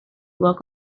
work